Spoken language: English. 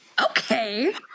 okay